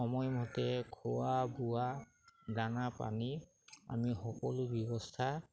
সময়মতে খোৱা বোৱা দানা পানী আমি সকলো ব্যৱস্থা